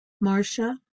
Marcia